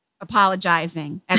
apologizing